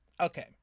Okay